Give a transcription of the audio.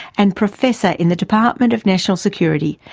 and professor in the department of national security,